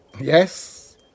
Yes